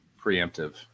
Preemptive